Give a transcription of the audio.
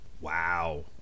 Wow